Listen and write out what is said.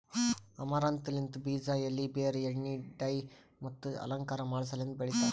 amaranthus ಲಿಂತ್ ಬೀಜ, ಎಲಿ, ಬೇರ್, ಎಣ್ಣಿ, ಡೈ ಮತ್ತ ಅಲಂಕಾರ ಮಾಡಸಲೆಂದ್ ಬೆಳಿತಾರ್